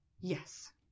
yes